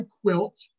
quilt